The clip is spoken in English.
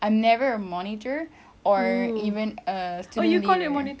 I'm never a monitor or even a student leader